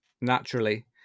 naturally